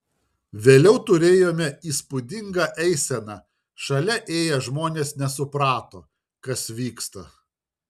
vėliau turėjome įspūdingą eiseną šalia ėję žmonės nesuprato kas vyksta